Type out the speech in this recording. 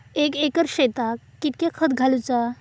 एक एकर शेताक कीतक्या खत घालूचा?